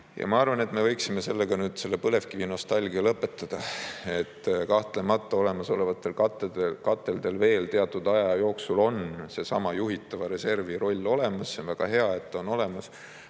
Ma arvan, et me võiksime sellega selle põlevkivinostalgia lõpetada. Kahtlemata, olemasolevatel kateldel veel teatud aja jooksul on seesama juhitava reservi roll olemas – see on väga hea, et on olemas